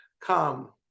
Come